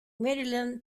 maryland